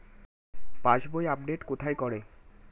পাসবই update কোথায় করে?